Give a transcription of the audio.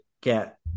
get